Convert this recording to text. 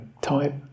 type